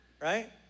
right